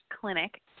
clinic